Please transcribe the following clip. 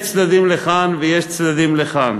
יש צדדים לכאן ויש צדדים לכאן,